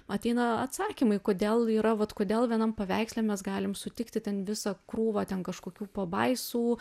ateina atsakymai kodėl yra vat kodėl vienam paveiksle mes galim sutikti ten visą krūvą ten kažkokių pabaisų